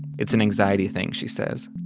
it's an anxiety thing, she says,